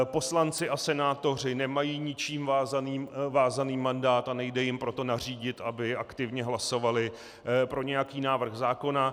Poslanci a senátoři nemají ničím vázaný mandát, a nejde jim proto nařídit, aby aktivně hlasovali pro nějaký návrh zákona.